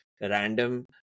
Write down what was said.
random